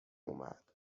اومد